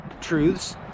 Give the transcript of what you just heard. truths